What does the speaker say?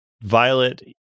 Violet